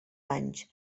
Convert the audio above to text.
anys